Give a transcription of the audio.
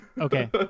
Okay